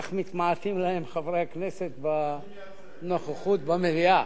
כך מתמעטים חברי הכנסת בנוכחות במליאה,